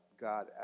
God